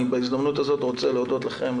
בהזדמנות הזו אני רוצה להודות לכם,